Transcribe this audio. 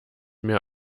mehr